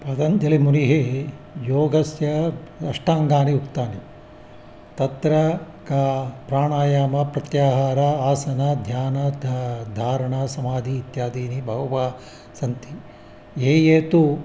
पतञ्जलिमुनेः योगस्य अष्टाङ्गानि उक्तानि तत्र का प्राणायामः प्रत्याहारः आसनं ध्यानं धा धारणा समाधिः इत्यादीनि बहवः सन्ति ये ये तु